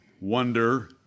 wonder